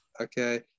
Okay